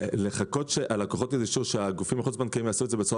לחכות שהגופים החוץ בנקאיים יעשו את זה בצורה